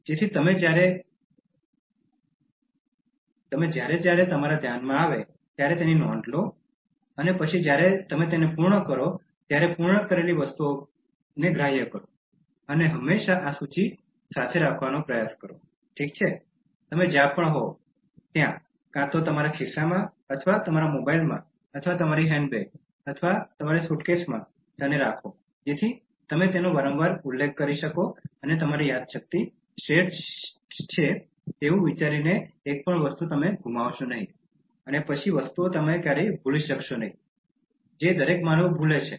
જેથી તમે જ્યારે જ્યારે તમારા ધ્યાનમાં આવે ત્યારે નોંધ લો અને પછી જ્યારે તમે તેને પૂર્ણ કરો ત્યારે પૂર્ણ કરેલી વસ્તુઓ પર ગ્રાહ્ય કરો અને હંમેશાં આ સૂચિ રાખવાનો પ્રયાસ કરો ઠીક છે તમે જ્યાં પણ હોવ ત્યાં કાં તમારા ખિસ્સામાંથી અથવા તમારા મોબાઇલમાં અથવા તમારી હેન્ડબેગ અથવા તમારા સૂટકેસમાં જેથી તમે તેનો વારંવાર ઉલ્લેખ કરી શકો અને તમારી યાદશક્તિ શ્રેષ્ઠ છે તેવું વિચારીને એક પણ વસ્તુ ગુમાવશો નહીં અને પછી વસ્તુઓ તમે ક્યારેય ભૂલી શકશો નહીં તે દરેક માનવ ભૂલે છે